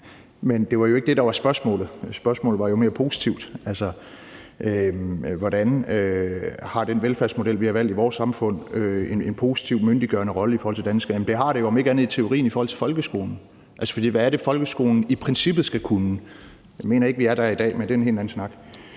men det var jo ikke det, der var spørgsmålet. Spørgsmålet var jo mere positivt. Altså, hvordan har den velfærdsmodel, vi har valgt i vores samfund, en positiv myndiggørende rolle i forhold til danskerne? Det har den jo, om ikke andet så i teorien, i forhold til folkeskolen, for hvad er det, folkeskolen i princippet skal kunne? Jeg mener ikke, vi er der i dag, men det er en helt anden snak.